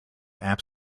app